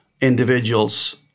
individuals